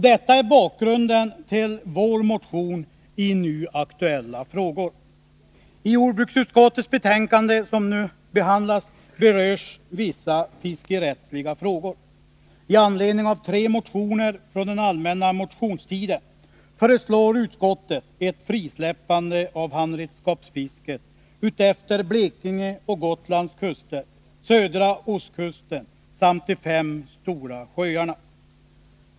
Detta är bakgrunden till vår motion i nu aktuella frågor. I jordbruksutskottets betänkande som nu behandlas berörs vissa fiskerättsliga frågor. I anledning av tre motioner från den allmänna motionstiden föreslår utskottet ett frisläppande av handredskapsfisket utefter Blekinges och Gotlands kuster, södra ostkusten samt de fem stora sjöarna.